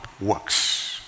works